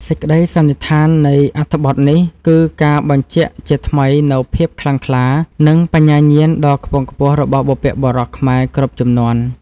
សេចក្តីសន្និដ្ឋាននៃអត្ថបទនេះគឺការបញ្ជាក់ជាថ្មីនូវភាពខ្លាំងក្លា និង បញ្ញាញាណដ៏ខ្ពង់ខ្ពស់របស់បុព្វបុរសខ្មែរគ្រប់ជំនាន់។